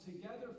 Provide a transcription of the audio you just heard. together